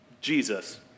Jesus